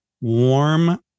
warm